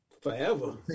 forever